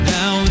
Now